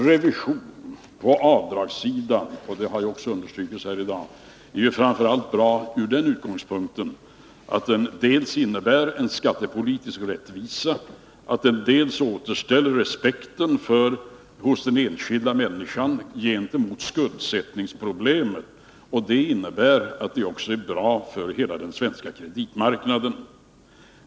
Revisionen på avdragssidan — och det har understrukits här i dag — är framför allt bra från den utgångspunkten att den dels innebär en skattepolitisk rättvisa, dels återställer respekten hos den enskilda människan gentemot skuldsättningsproblemen. Det innebär att det också är bra för hela den svenska kreditmarknaden.